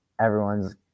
everyone's